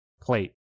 plate